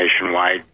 nationwide